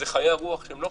מדובר גם בחיי הרוח הדתיים